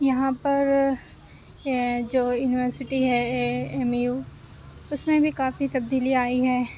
یہاں پر جو یونیورسٹی ہے اے ایم یو اُس میں بھی کافی تبدیلی آئی ہے